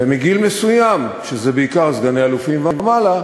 ומגיל מסוים, שזה בעיקר סגני-אלופים ומעלה,